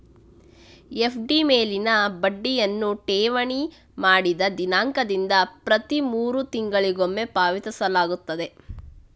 FD ಮೇಲಿನ ಬಡ್ಡಿಯನ್ನು ಠೇವಣಿ ಮಾಡಿದ ದಿನಾಂಕದಿಂದ ಪ್ರತಿ ಮೂರು ತಿಂಗಳಿಗೊಮ್ಮೆ ಪಾವತಿಸಲಾಗುತ್ತದೆ